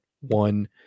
one